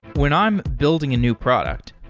when i'm building a new product,